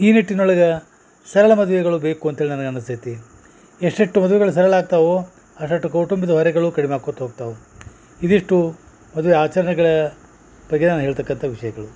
ಈ ನಿಟ್ಟಿನೊಳಗ ಸರಳ ಮದುವೆಗಳು ಬೇಕು ಅಂತ್ಹೇಳಿ ನನಗೆ ಅನಿಸ್ತೈತಿ ಎಷ್ಟೆಷ್ಟು ಮದುವೆಗಳು ಸರಳ ಆಗ್ತವೋ ಅಷ್ಟಷ್ಟು ಕೌಟುಂಬಿಕ ಹೊರೆಗಳು ಕಡಿಮೆ ಆಕುತ್ ಹೋಗ್ತವು ಇದಿಷ್ಟು ಮದ್ವೆ ಆಚರಣೆಗಳ ಬಗ್ಗೆ ನಾನು ಹೇಳ್ತಕ್ಕಂಥ ವಿಷಯಗಳು